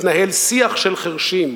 מתנהל שיח של חירשים,